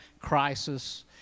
crisis